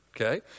okay